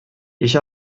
ich